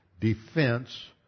defense